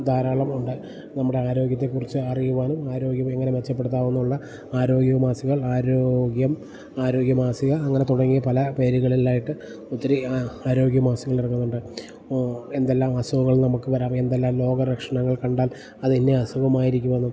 ധാരാളം ഉണ്ട് നമ്മുടെ ആരോഗ്യത്തെക്കുറിച്ച് അറിയുവാനും ആരോഗ്യം എങ്ങനെ മെച്ചപ്പെടുത്താമെന്നുമുള്ള ആരോഗ്യ മാസികകൾ ആരോഗ്യം ആരോഗ്യമാസിക അങ്ങനെ തുടങ്ങി പല പേരുകളിലായിട്ട് ഒത്തിരി ആരോഗ്യ മാസികകൾ ഇറങ്ങുന്നുണ്ട് എന്തെല്ലാം അസുഖങ്ങൾ നമുക്ക് വരാം എന്തെല്ലാം രോഗ ലക്ഷണങ്ങൾ കണ്ടാൽ അത് ഇന്ന അസുഖമായിരിക്കുവെന്നും